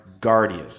guardian